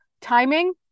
Timing